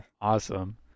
Awesome